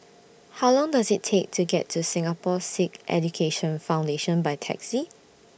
How Long Does IT Take to get to Singapore Sikh Education Foundation By Taxi